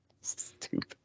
Stupid